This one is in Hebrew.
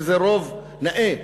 שזה רוב נאה,